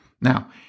Now